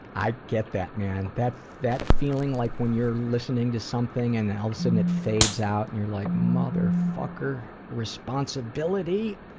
i get that man. that. that feeling like when you're listening to something and all of a sudden it fades out, and you're like motherfucker, responsibility,